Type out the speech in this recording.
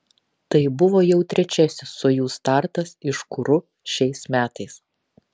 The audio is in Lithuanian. tai buvo jau trečiasis sojuz startas iš kuru šiais metais